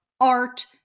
art